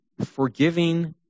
forgiving